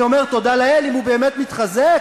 אני אומר: תודה לאל אם הוא באמת מתחזק.